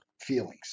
feelings